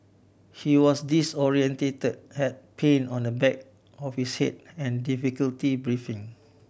he was disorientated had pain on the back of his head and difficulty breathing